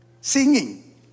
Singing